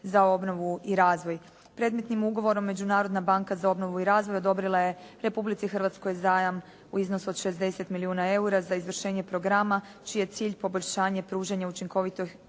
za obnovu i razvoj. Predmetnim ugovorom Međunarodna banka za obnovu i razvoj odobrila je Republici Hrvatskoj zajam u iznosu od 60 milijuna eura za izvršenje programa čiji je cilj poboljšanje, pružanje učinkovitih